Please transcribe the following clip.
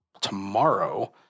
tomorrow